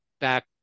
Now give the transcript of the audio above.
back